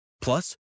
Plus